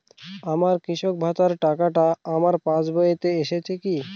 আমার কৃষক ভাতার টাকাটা আমার পাসবইতে এসেছে কি?